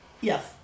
Yes